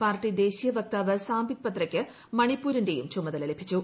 party ദേശീയ വക്താവ് സാംബിത് പത്രയ്ക്ക് മണിപ്പൂരിന്റെയും ചുമതല ലഭിച്ചു